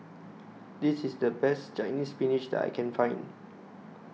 This IS The Best Chinese Spinach that I Can Find